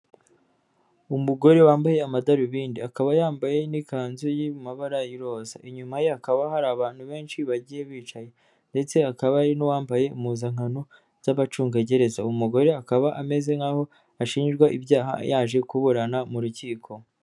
Umugore wambaye amadarubindi akaba yambaye n'ikanzu iri mu mabara y'iroza, inyuma ye hakaba hari abantu benshi bagiye bicaye ndetse hakaba hari n'uwambaye impuzankano z'abacungagereza, uyu mugore akaba ameze nk'aho ashinjwa ibyaha yaje kuburana mu rukiko.